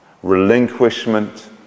relinquishment